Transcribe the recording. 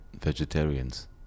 Vegetarians